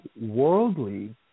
worldly